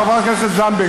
חברת הכנסת זנדברג,